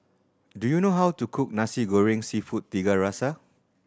do you know how to cook Nasi Goreng Seafood Tiga Rasa